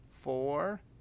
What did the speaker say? four